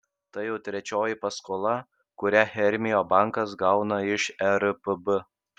tai jau trečioji paskola kurią hermio bankas gauna iš erpb